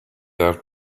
out